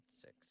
six